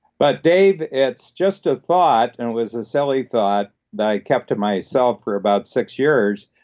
but dave, it's just a thought and was a silly thought that i kept to myself for about six years,